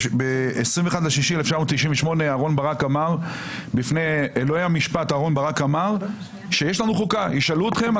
ב-21 ביוני 1998 אלוהי המשפט אהרן ברק אמר שיש לנו חוקה: ישאלו אתכם,